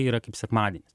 yra kaip sekmadienis